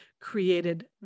created